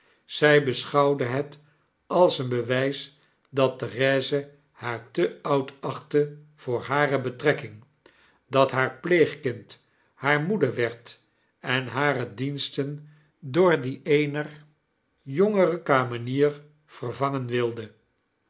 zy beschouwde het als een bewys dat therese haar te oud achtte voor hare betrekking dat haar pleegkind haar moede werd en hare diensten door die eener jongere kamenier vervangen wilde